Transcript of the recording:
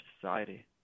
society